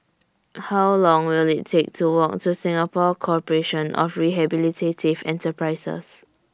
How Long Will IT Take to Walk to Singapore Corporation of Rehabilitative Enterprises